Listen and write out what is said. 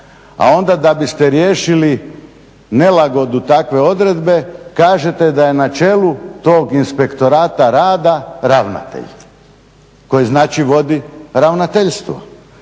A onda da biste riješili nelagodu takve odredbe kažete da je na čelu tog inspektorata rada ravnatelj koji vodi ravnateljstvo.